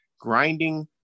Grinding